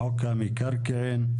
חוק המקרקעין,